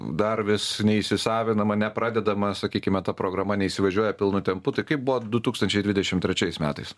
dar vis neįsisavinama nepradedama sakykime ta programa neįsivažiuoja pilnu tempu tai kaip buvo du tūkstančiai dvidešimt trečiais metais